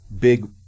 big